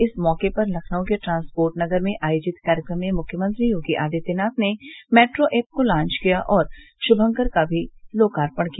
इस मौके पर लखनऊ के ट्रांसपोर्ट नगर में आयोजित कार्यक्रम में मुख्यमंत्री योगी आदित्यनाथ ने मेट्रो ऐप को लांच किया और शुमंकर का भी लोकार्पण किया